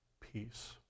peace